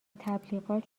تبلیغات